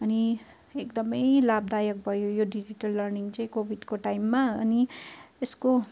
अनि एकदमै लाभदायक भयो यो डिजिटल लर्निङ चाहिँ कोविडको टाइममा अनि यसको